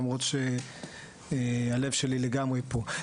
למרות שהלב שלי לגמרי פה.